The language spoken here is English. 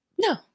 No